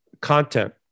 content